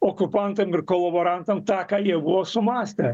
okupantam ir kolaborantam tą ką jie buvo sumąstę